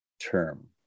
term